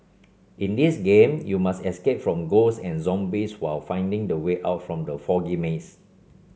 in this game you must escape from ghosts and zombies while finding the way out from the foggy maze